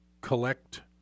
collect